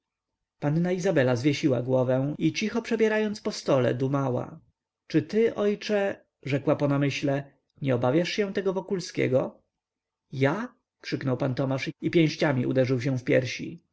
panna izabela zwiesiła głowę i cicho przebierając palcami po stole dumała czy ty ojcze rzekła po namyśle nie obawiasz się wokulskiego ja krzyknął pan tomasz i pięściami uderzył się w piersi